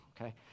okay